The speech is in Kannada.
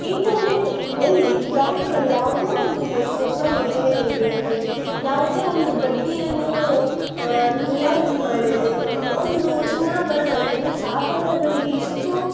ಇಂಟರ್ನೆಟ್ನಲ್ಲಿ ಬ್ಯಾಂಕ್ಗಳು ಯಾವುದೇ ಒಂದು ಯಸ್ ಹೊಸ ಯೋಜನೆಗಳು ಬಿಡಲಿ ಯಾವುದೇ ಒಂದು ಬಡ್ಡಿಯನ್ನು ರಿಯಾಯಿತಿ ಮಾಡಲಿ ಒಂದು ಚಿನ್ನಾಭರಣಕ್ಕೆ ಮೀನ್ಸ್ ಆಭರಣಗಳಿಗೆ ಇಷ್ಟು